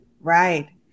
Right